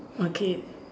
okay